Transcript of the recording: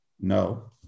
No